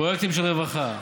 פרויקטים של רווחה,